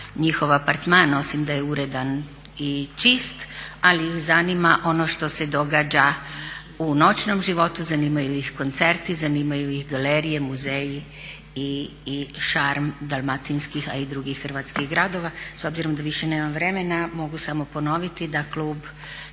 njihova apartman osim da je uredan i čist, ali ih zanima ono što se događa u noćnom životu, zanimaju ih koncerti, zanimaju ih galerije, muzeji i šarm dalmatinskih a i drugih hrvatskih gradova. S obzirom da više nemam vremena mogu samo ponoviti da klub